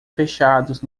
fechados